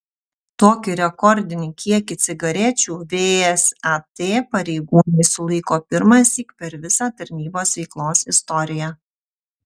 tokį rekordinį kiekį cigarečių vsat pareigūnai sulaiko pirmąsyk per visą tarnybos veiklos istoriją